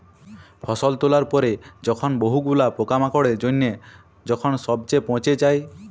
ফসল তোলার পরে যখন বহু গুলা পোকামাকড়ের জনহে যখন সবচে পচে যায়